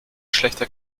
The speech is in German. schlechter